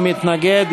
מי מתנגד?